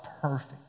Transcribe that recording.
perfect